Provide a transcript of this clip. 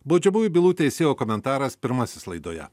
baudžiamųjų bylų teisėjo komentaras pirmasis laidoje